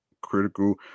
critical